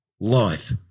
life